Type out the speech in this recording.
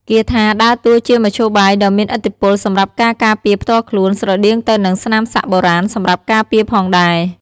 គាថាដើរតួជាមធ្យោបាយដ៏មានឥទ្ធិពលសម្រាប់ការការពារផ្ទាល់ខ្លួន ស្រដៀងទៅនឹងស្នាមសាក់បុរាណសម្រាប់ការពារផងដែរ។